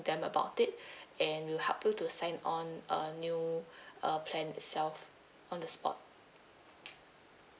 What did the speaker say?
them about it and we'll help you to sign on a new uh plan itself on the spot